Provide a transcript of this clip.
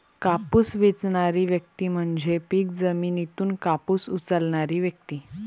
कापूस वेचणारी व्यक्ती म्हणजे पीक जमिनीतून कापूस उचलणारी व्यक्ती